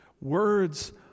Words